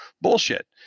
Bullshit